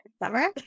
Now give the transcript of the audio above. Summer